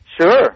sure